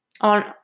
on